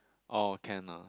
oh can lah